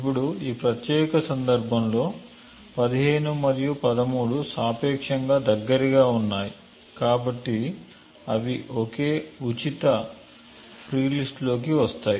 ఇప్పుడు ఈ ప్రత్యేక సందర్భంలో 15 మరియు 13 సాపేక్షంగా దగ్గరగా ఉన్నాయి కాబట్టి అవి ఒకే ఫ్రీలిస్ట్ లోకి వస్తాయి